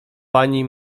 pani